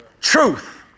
Truth